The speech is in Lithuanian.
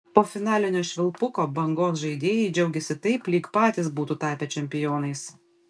po finalinio švilpuko bangos žaidėjai džiaugėsi taip lyg patys būtų tapę čempionais